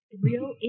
Real